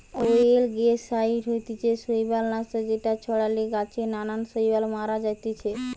অয়েলগেসাইড হতিছে শৈবাল নাশক যেটা ছড়ালে গাছে নানান শৈবাল মারা জাতিছে